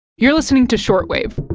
you're listening to short wave